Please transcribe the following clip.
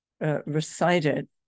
recited